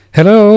Hello